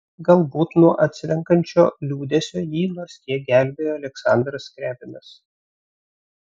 galbūt nuo atslenkančio liūdesio jį nors kiek gelbėjo aleksandras skriabinas